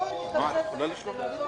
בשעה 12:00.